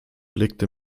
blickte